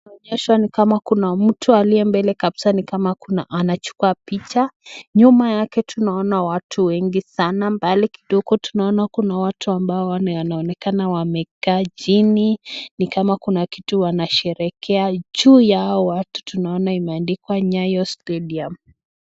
Tunaonyeshwa na ni kama kuna mtu aliye mbele kabisaa ni kama anachukua picha ,nyuma yake tunaona watu wengi sana. Mbali kidogo tunaona kuna watu ambao wanaonekana wamekaa chini ni kama kuna kitu wanasherehekea, juu ya hao watu tunaona imeandikwa Nyayo Stadium .